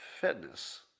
fitness